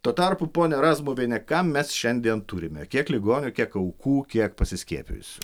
tuo tarpu ponia razmuviene ką mes šiandien turime kiek ligonių kiek aukų kiek pasiskiepijusių